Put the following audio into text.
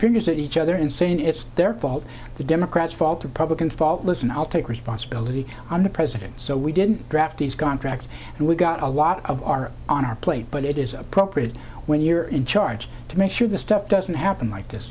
fingers at each other and saying it's their fault the democrats fault republicans fault listen i'll take responsibility i'm the president so we didn't draft contracts and we've got a lot of our on our plate but it is appropriate when you're in charge to make sure this stuff doesn't happen like this